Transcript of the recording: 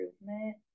improvement